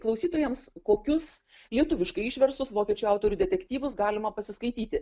klausytojams kokius lietuviškai išverstus vokiečių autorių detektyvus galima pasiskaityti